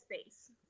space